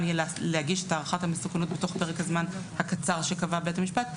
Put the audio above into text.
יהיה להגיש את הערכת המסוכנות בתוך פרק הזמן הקצר שקבע בית המשפט,